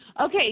Okay